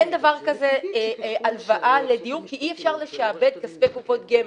אין דבר כזה הלוואה לדיור כי אי אפשר לשעבד כספי קופות גמל.